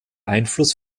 einfluss